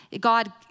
God